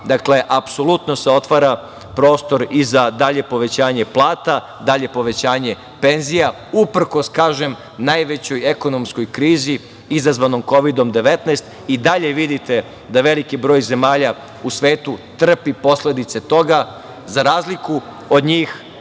apsolutno se otvara prostor i za dalje povećanje plata, dalje povećanje penzija, uprkos, kažem, najvećoj ekonomskoj krizi, izazvanom Kovidom-19. I dalje vidite da veliki broj zemalja u svetu trpi posledice toga. Za razliku od njih